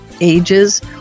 Ages